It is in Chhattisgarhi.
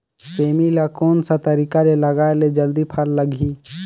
सेमी ला कोन सा तरीका से लगाय ले जल्दी फल लगही?